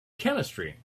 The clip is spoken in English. chemistry